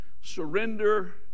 surrender